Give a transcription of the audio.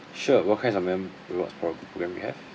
sure what kinds of mem~ rewards program you have